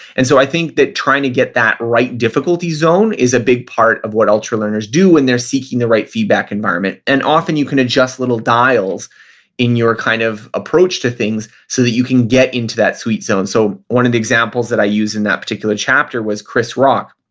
and so i think that trying to get that right difficulty zone is a big part of what ultralearners do when they're seeking the right feedback environment. and often you can adjust little dials in your kind of approach to things so you can get into that sweet zone so one of the examples that i use in that particular chapter was chris rock.